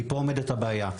כי שם עומדת הבעיה.